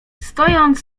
stojąc